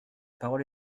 parole